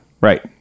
Right